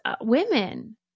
women